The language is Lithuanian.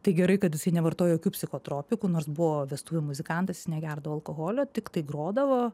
tai gerai kad jisai nevartojo jokių psichotropikų nors buvo vestuvių muzikantas jis negerdavo alkoholio tiktai grodavo